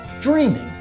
Dreaming